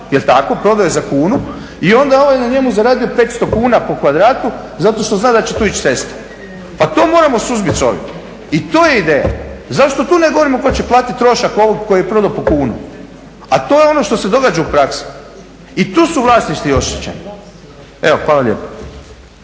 je li tako, prodao je za kunu i onda je ovaj na njemu zaradio 500 kuna po kvadratu zato što zna da će tu ići cesta. Pa to moramo suzbiti i to je ideja. Zašto tu ne govorimo tko će platiti trošak ovog koji je prodao po kunu? A to je ono što se događa u praksi i tu su vlasnici oštećeni. Evo, hvala lijepa.